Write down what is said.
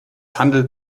handelt